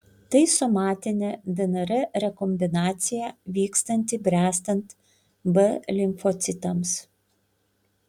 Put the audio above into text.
tai somatinė dnr rekombinacija vykstanti bręstant b limfocitams